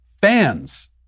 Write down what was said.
Fans